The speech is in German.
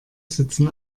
sitzen